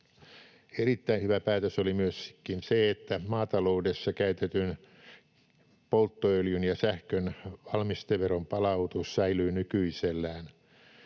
erittäin hyvä päätös oli myöskin se, että maataloudessa käytetyn polttoöljyn ja sähkön valmisteveron palautus säilyy nykyisellään.